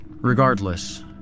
Regardless